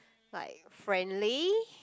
like friendly